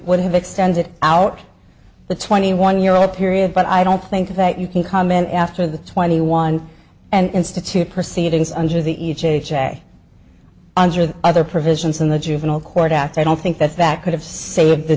would have extended out the twenty one year old period but i don't think that you can comment after the twenty one and institute proceedings under the each ha under the other provisions in the juvenile court act i don't think that that could have saved